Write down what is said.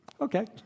Okay